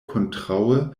kontraŭe